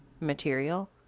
material